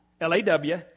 L-A-W